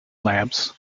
lamps